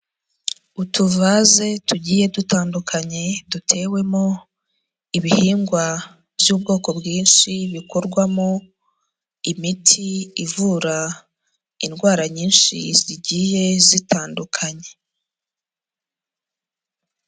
Utuvase tugiye dutandukanye, dutewemo ibihingwa by'ubwoko bwinshi bikorwamo imiti ivura indwara nyinshi zigiye zitandukanye.